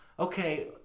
Okay